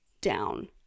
down